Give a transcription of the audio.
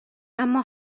اما